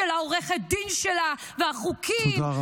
העורכת דין שלה והחוקים -- תודה רבה.